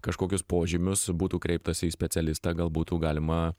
kažkokius požymius būtų kreiptasi į specialistą gal būtų galima